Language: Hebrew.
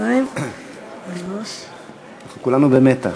כולנו במתח.